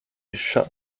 chat